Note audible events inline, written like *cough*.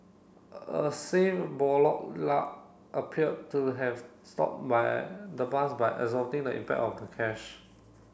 a safe *unintelligible* appeared to have stopped by the bus by absorbing the impact of the cash